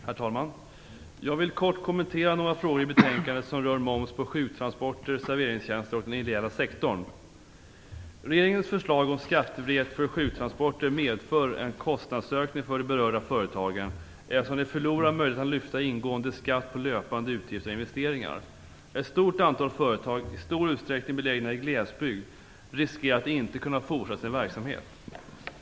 Herr talman! Jag vill kort kommentera några frågor i betänkandet som rör moms på sjuktransporter, serveringstjänster och den ideella sektorn. Regeringens förslag om skattefrihet för sjuktransporter medför en kostnadsökning för de berörda företagen, eftersom de förlorar möjligheten att lyfta ingående skatt på löpande utgifter och investeringar. Ett stort antal företag, i stor utsträckning i glesbygd, riskerar att inte kunna fortsätta sin verksamhet.